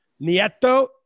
Nieto